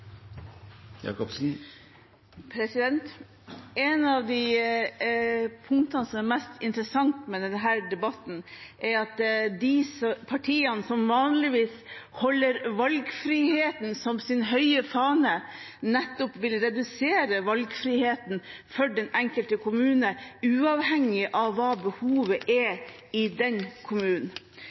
debatt. Et av de mest interessante punktene i denne debatten er at de partiene som vanligvis holder valgfrihetsfanen høyt, nettopp vil redusere valgfriheten til den enkelte kommune, uavhengig av hva behovet i den kommunen